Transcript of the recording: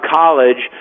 college